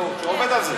הוא עובד על זה.